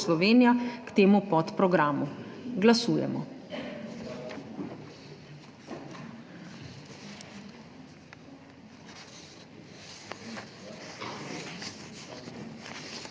Slovenija k temu podprogramu. Glasujemo.